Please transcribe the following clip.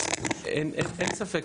אין ספק.